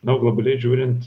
na o globaliai žiūrint